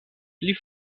pli